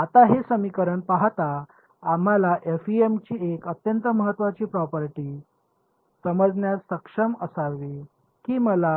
आता हे समीकरण पाहता आम्हाला f e m ची एक अत्यंत महत्त्वाची प्रॉपर्टी समजण्यास सक्षम असावी की मला